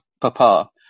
papa